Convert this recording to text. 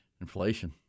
Inflation